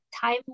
time